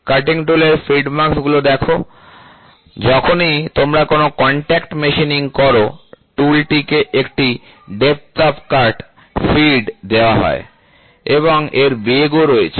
cutting টুলের feed marks গুলো দেখো যখনই তোমরা কোন কন্টাক্ট মেশিনিং করো টুলটিকে একটি ডেপ্থ অফ কাট ফিড দেওয়া হয় এবং এর বেগ ও রয়েছে